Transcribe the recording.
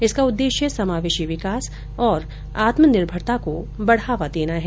इसका उद्देश्य समावेशी विकास और आत्मनिर्भरता को बढ़ावा देना है